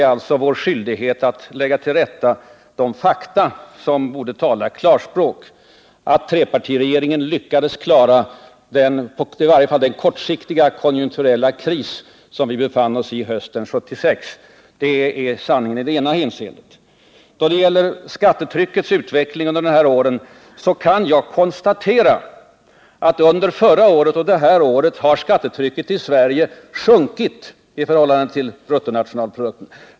Men vad det gäller är skyldigheten att ta fram de fakta som talar klarspråk. Att trepartiregeringen lyckades klara den i varje fall kortsiktiga konjunkturella kris som vi befann oss i under hösten 1976 är sanningen i det ena hänseendet. I vad gäller skattetryckets utveckling under senare år kan jag konstatera att under förra året och detta år har skattetrycket i Sverige sjunkit i förhållande till bruttonationalprodukten.